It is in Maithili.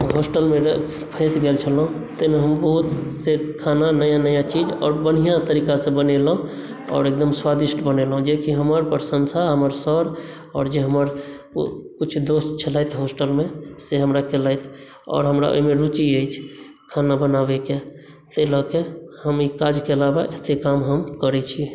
हम होस्टलमे रही फँसि गेल छलहुँ ताहिमे हम रोज से खाना नया नया चीज आओर बढ़ियाॅं तरीकासँ बनेलहुँ आओर एकदम स्वादिष्ट बनेलहुँ जेकि हमर प्रशंसा हमर सर आओर जे हमर किछु दोस्त छलैथ हॉस्टल मे से हमरा केलैथ आओर हमरा एहिमे रूचि अछि खाना बनाबैक से लऽ के हम ई काजके अलावा एतय काम हम करै छी